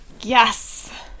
yes